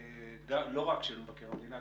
לא רק של מבקר המדינה,